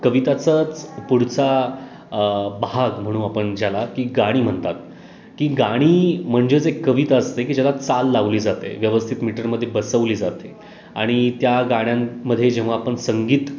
कविताचाच पुढचा भाग म्हणू आपण ज्याला की गाणी म्हणतात की गाणी म्हणजेच एक कविता असते की ज्याला चाल लावली जाते व्यवस्थित मीटरमध्ये बसवली जाते आणि त्या गाण्यांमध्ये जेव्हा आपण संगीत